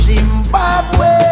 Zimbabwe